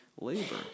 labor